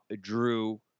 drew